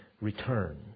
return